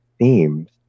themes